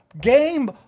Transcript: game